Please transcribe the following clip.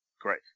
great